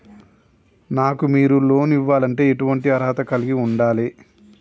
నాకు మీరు లోన్ ఇవ్వాలంటే ఎటువంటి అర్హత కలిగి వుండాలే?